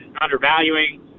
undervaluing